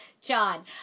john